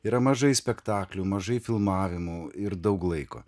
yra mažai spektaklių mažai filmavimų ir daug laiko